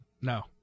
No